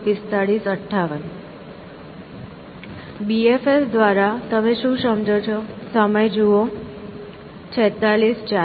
BFS દ્વારા તમે શું સમજો છો